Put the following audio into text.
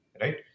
right